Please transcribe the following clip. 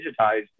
digitized